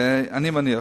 אני מניח.